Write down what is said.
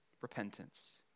repentance